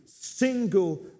single